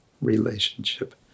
relationship